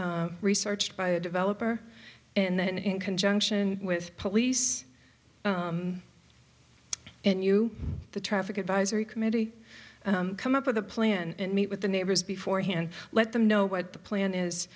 researched by a developer and then in conjunction with police and you the traffic advisory committee come up with a plan and meet with the neighbors before hand let them know what the plan is